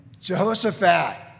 Jehoshaphat